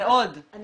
אני